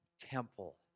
temple